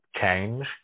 change